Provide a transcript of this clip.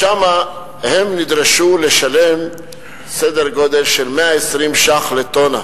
שם הן נדרשו לשלם סדר גודל של 120 שקלים לטונה.